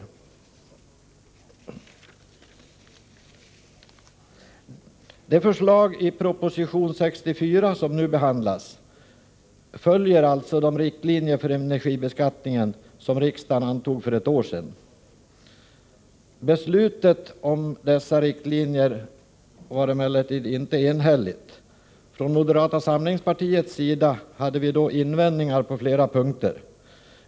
När det gäller förslagen i proposition nr 64 följer man alltså de riktlinjer för energibeskattningen som riksdagen antog för ett år sedan. Beslutet om dessa riktlinjer var emellertid inte enhälligt. Från moderata samlingspartiets sida hade vi invändningar på flera punkter.